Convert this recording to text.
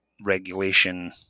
regulation